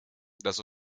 das